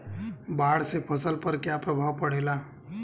बाढ़ से फसल पर क्या प्रभाव पड़ेला?